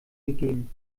begeben